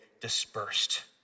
dispersed